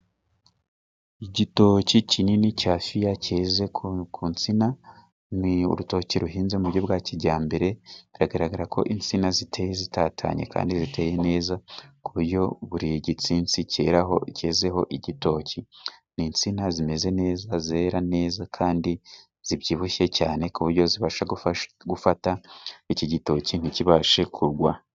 Igitoki kinini cya fiya keze ku nsina. Ni urutoki ruhinze mu buryo bwa kijyambere. Biragaragara ko insina ziteye zitatanye, kandi ziteye neza ku buryo buri gitsinsi keraho, kezeho igitoki. Ni insina zimeze neza, zera neza, kandi zibyibushye cyane, ku buryo zibasha gufata iki gitoki ntikibashe kugwa.